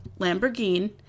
Lamborghini